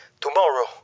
tomorrow